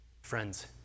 Friends